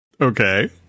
Okay